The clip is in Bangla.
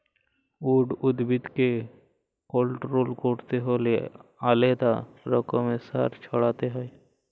উইড উদ্ভিদকে কল্ট্রোল ক্যরতে হ্যলে আলেদা রকমের সার ছড়াতে হ্যয়